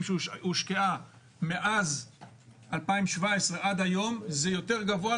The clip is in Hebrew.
שהושקעה מאז 2017 עד היום זה יותר גבוה,